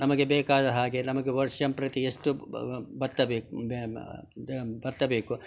ನಮಗೆ ಬೇಕಾದ ಹಾಗೆ ನಮಗೆ ವರ್ಷಂಪ್ರತಿ ಎಷ್ಟು ಭತ್ತ ಬೇಕು ಬ್ಯ ಭತ್ತ ಬೇಕು